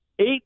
eight